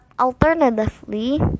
Alternatively